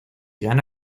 gana